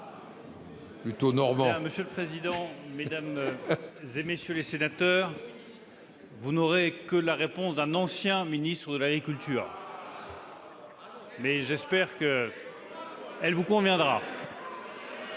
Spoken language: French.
Monsieur le président, mesdames, messieurs les sénateurs, vous n'aurez que la réponse d'un ancien ministre de l'agriculture, ... Et de droite !... mais j'espère qu'elle vous conviendra.